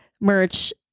merch